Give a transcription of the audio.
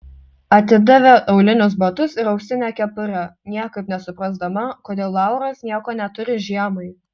atidavė aulinius batus ir ausinę kepurę niekaip nesuprasdama kodėl lauras nieko neturi žiemai